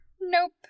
Nope